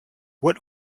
what